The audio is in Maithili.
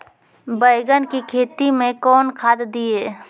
बैंगन की खेती मैं कौन खाद दिए?